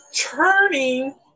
turning